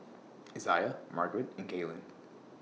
Izaiah Margarete and Gaylen